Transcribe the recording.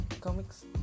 Comics